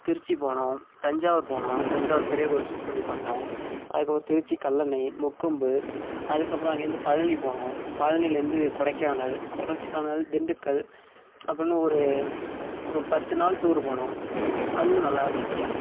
திருச்சி போனோம் தஞ்சாவூர் போனோம் தஞ்சாவூர் பெரிய கோவில் விசிட் பண்ணி பார்த்தோம் அதுக்கப்புறம் திருச்சி கல்லணை முக்கொம்பு அதுக்கப்புறம் அங்கேயிருந்து பழனி போனோம் பழனிலேருந்து கொடைக்கானல் கொடைக்கானல் திண்டுக்கல் அப்படின்னு ஒரு பத்து நாள் டூரு போனோம் அதுவும் நல்லாயிருந்துச்சி